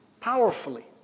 powerfully